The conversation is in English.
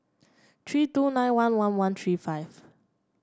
three two nine one one one three five